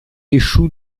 échoue